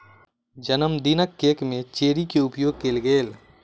जनमदिनक केक में चेरी के उपयोग कएल गेल